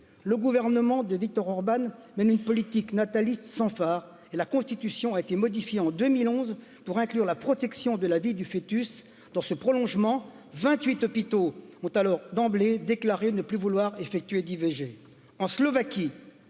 le gouvernement de viktor orban mène une politique nataliste sans fard et la constitution a été modifiée en deux mille onze pour inclure la protection de la vie du fœtus dans ce prolongement vingt huit hôpitaux ont alors d'emblée déclaré ne plus vouloir effectuer d'i